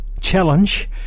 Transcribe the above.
challenge